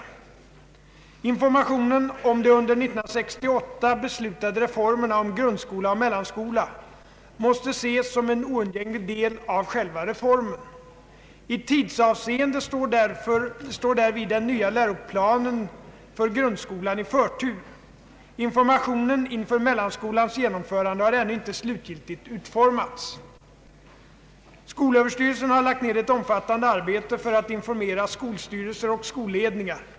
Information om de under 1968 beslutade reformerna om grundskola och mellanskola måste ses som en oundgänglig del av själva reformen. I tidsavseende står därvid den nya läroplanen för grundskolan i förtur. Informationen inför mellanskolans genomförande har ännu inte slutgiltigt utformats. Skolöverstyrelsen har lagt ned ett omfattande arbete för att informera skolstyrelser och skolledningar.